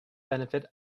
benefit